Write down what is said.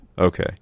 Okay